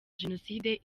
jenoside